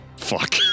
fuck